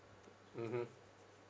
mmhmm